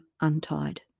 Untied